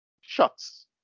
Shots